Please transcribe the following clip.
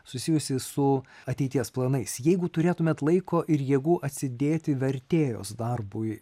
susijusį su ateities planais jeigu turėtumėt laiko ir jėgų atsidėti vertėjos darbui